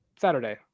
saturday